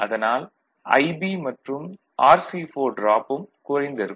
அதனால் IB மற்றும் RC4 டிராப்பும் குறைந்து இருக்கும்